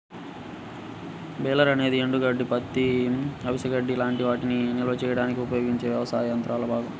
baler అనేది ఎండుగడ్డి, పత్తి, అవిసె గడ్డి లాంటి వాటిని నిల్వ చేయడానికి ఉపయోగించే వ్యవసాయ యంత్రాల భాగం